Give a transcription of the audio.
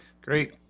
Great